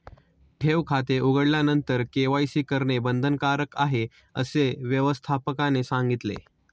ठेव खाते उघडल्यानंतर के.वाय.सी करणे बंधनकारक आहे, असे व्यवस्थापकाने सांगितले